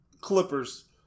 Clippers